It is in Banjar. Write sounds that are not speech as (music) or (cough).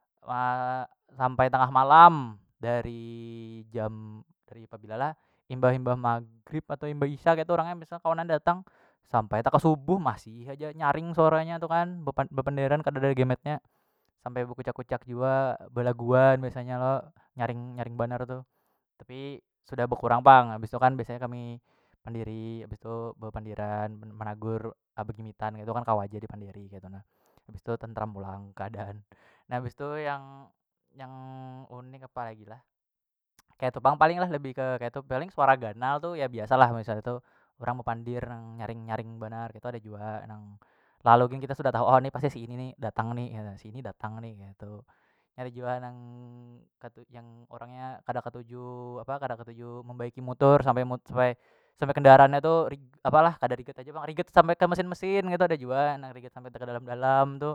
(hesitation) sampai tangah malam dari jam dari pabila lah imbah- imbah mahgrib apa imbah isya ketu orangnya biasa kawanan datang sampai takasubuh masih haja nyaring suaranya tu kan bepand bepanderan kadada gemet nya sampai bekuciak- kuciak jua belaguan biasanya lo nyaring- nyaring banar tu tapi sudah bekurang pang habis tu kan biasanya kami panderi bistu bepandiran men menagur (hesitation) bagimitan ketu kan kawa aja dipanderi ketu nah bistu tentram pulang keadaan. Nah bistu yang- yang ulun ni kepa lagi lah (hesitation) ketu pang kali lah lebih ke ketu paling suara ganal tu ya biasa lah misal itu urang bapandir nang nyaring- nyaring banar ketu ada jua nang, lalu gin kita sudah tahu oh ini pasti si ini ni datang ni (hesitation) si ini datang ni ketu, nya ada jua nang ketu yang urang nya kada ketuju apa kada ketuju membaiki mutur sampai (unintelligible) sampai kendaraannya tu rig apalah kada rigat aja pang rigat tu sampai ke mesin- mesin ngitu ada jua na rigat sampai te dalam- dalam tu